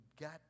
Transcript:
got